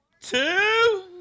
two